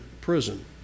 prison